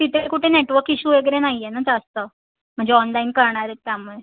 तिथे कुठे network issue वगैरे नाही आहे ना जास्त म्हणजे ऑनलाईन करणार आहेत त्यामुळे